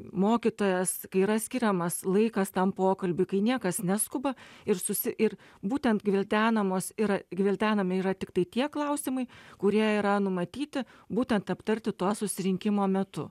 mokytojas yra skiriamas laikas tam pokalbiui kai niekas neskuba ir susi ir būtent gvildenamos ir gvildenami yra tiktai tie klausimai kurie yra numatyti būtent aptarti to susirinkimo metu